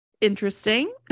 interesting